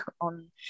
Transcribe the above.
on